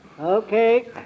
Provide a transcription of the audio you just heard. Okay